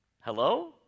Hello